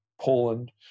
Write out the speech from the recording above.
Poland